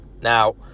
Now